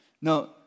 No